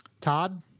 Todd